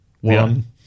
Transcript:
one